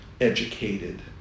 educated